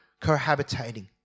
cohabitating